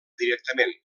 directament